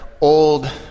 old